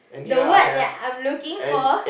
the word that I'm looking for